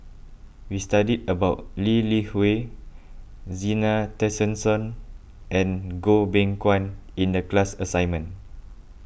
we studied about Lee Li Hui Zena Tessensohn and Goh Beng Kwan in the class assignment